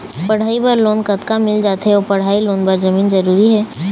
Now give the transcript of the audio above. पढ़ई बर लोन कतका मिल जाथे अऊ पढ़ई लोन बर जमीन जरूरी हे?